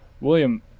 William